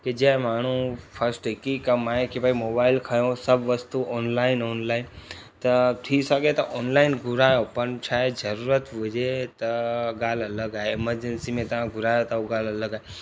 की जीअं माण्हू फस्ट हिकु ई कमु आहे की मोबाइल खयो सभु वस्तू ऑनलाइन ऑनलाइन त थी सघे त ऑनलाइन घुरायो पन छा आहे ज़रूरत हुजे त ॻाल्हि अलॻि आहे एमरजैंसी में तव्हां घुरायो था उहा ॻाल्हि अलॻि आहे